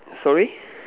sorry